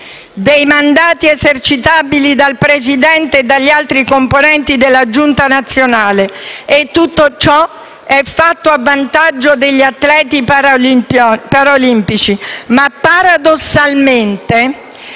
dei mandati esercitabili dal presidente e dagli altri componenti della giunta nazionale. E tutto ciò è fatto a vantaggio degli atleti paralimpici; ma consentitemi